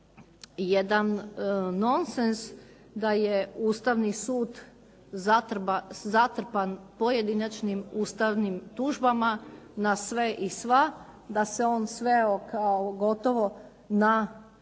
jedan nonsens da je Ustavni sud zatrpan pojedinačnim ustavnim tužbama na sve i sva, da se on sveo gotovo na